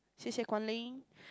xie xie Guan Lin